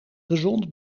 gezond